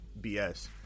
bs